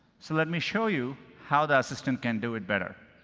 so let me show you how that system can do it better.